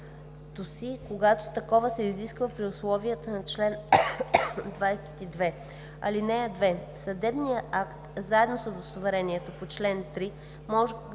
когато такова се изисква при условията на чл. 22. (2) Съдебният акт заедно с удостоверението по чл. 3 може да бъдат